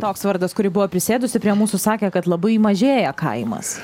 toks vardas kuri buvo prisėdusi prie mūsų sakė kad labai mažėja kaimas